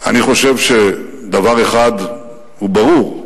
אני חושב שדבר אחד הוא ברור: